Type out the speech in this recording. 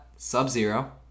Sub-Zero